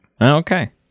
okay